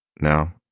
now